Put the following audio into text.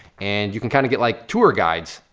and you can kind of get like tour guides,